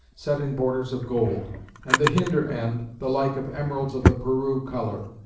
set in borders of gold and the hinder-end the like of emeralds of the peru colour.